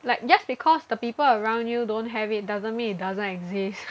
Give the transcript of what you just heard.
like just because the people around you don't have it doesn't mean it doesn't exist